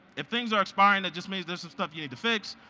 if things are expiring that just means there's some stuff you need to fix,